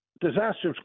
Disaster's